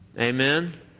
Amen